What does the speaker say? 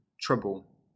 trouble